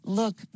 look